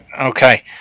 okay